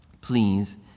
Please